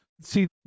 See